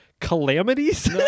Calamities